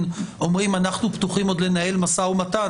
אומרים: אנחנו פתוחים עוד לנהל משא ומתן,